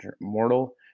mortal